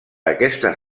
aquestes